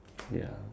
so ya